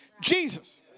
Jesus